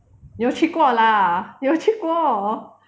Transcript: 你有去过 lah 你有去过